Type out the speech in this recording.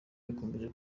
bakomeje